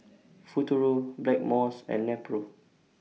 Futuro Blackmores and Nepro